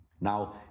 Now